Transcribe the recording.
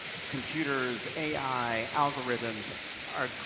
computers, ai, algorithms are,